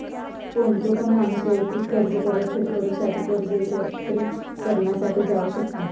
कोणतो पण माणूस वैयक्तिक कर्ज परतफेड करूसाठी कर्ज एकत्रिकरणा साठी जाऊ शकता